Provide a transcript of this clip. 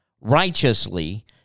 righteously